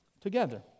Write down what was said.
together